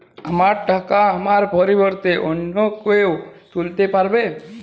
আমার টাকা আমার পরিবর্তে অন্য কেউ তুলতে পারবে?